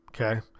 Okay